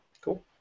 Cool